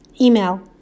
Email